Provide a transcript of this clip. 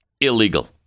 illegal